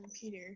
Peter